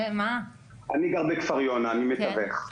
אני גר בכפר יונה, אני מתווך.